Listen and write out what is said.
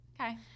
Okay